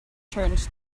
turned